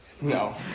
No